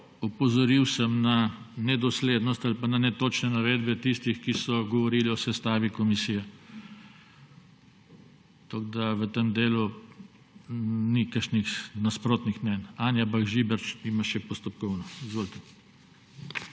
opozoril sem na nedoslednost ali pa netočne navedbe tistih, ki so govorili o sestavi komisije. Tako da v tem delu ni kakšnih nasprotnih mnenj. Anja Bah Žibert ima še postopkovno. Izvolite.